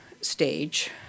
stage